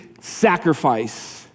sacrifice